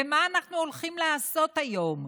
ומה אנחנו הולכים לעשות היום?